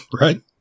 Right